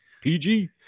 PG